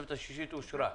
התוספת השישית אושרה.